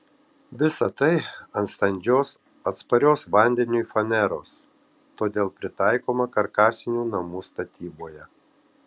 visa tai ant standžios atsparios vandeniui faneros todėl pritaikoma karkasinių namų statyboje